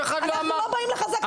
אנחנו לא באים לחזק אתכם.